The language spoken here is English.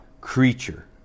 creature